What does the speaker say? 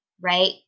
right